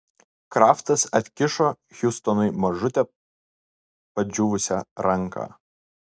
kraftas atkišo hiustonui mažutę padžiūvusią ranką